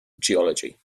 geology